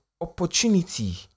opportunity